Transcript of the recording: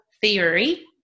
theory